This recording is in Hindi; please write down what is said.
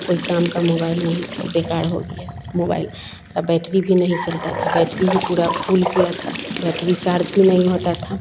कोई काम का मोबाइल नहीं था वह बेकार हो गया मोबाइल की बैटरी भी नहीं चलती थी बैटरी भी पुरी फूल गया थी बैटरी चार्ज भी नहीं होती थी